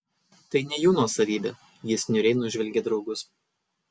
tai ne jų nuosavybė jis niūriai nužvelgė draugus